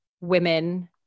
women